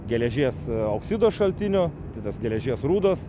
geležies oksido šaltinio tai tas geležies rūdos